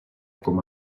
com